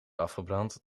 afgebrand